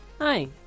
Hi